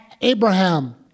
Abraham